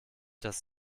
dass